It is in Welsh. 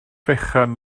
fechan